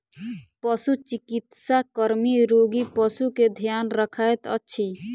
पशुचिकित्सा कर्मी रोगी पशु के ध्यान रखैत अछि